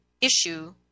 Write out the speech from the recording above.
issue